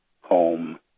home